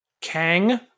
Kang